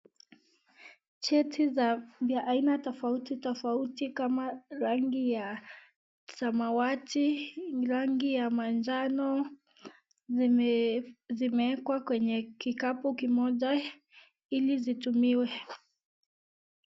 Cheti vya aina tofauti tofauti kama rangi ya samawati, rangi ya manjano, zimeekwa kwenye kikapu kimoja ili zitumiwe.